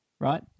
Right